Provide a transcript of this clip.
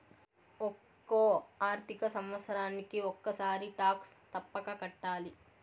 ఒక్కో ఆర్థిక సంవత్సరానికి ఒక్కసారి టాక్స్ తప్పక కట్టాలి